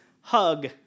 hug